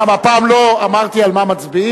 למה, פעם לא אמרתי על מה מצביעים?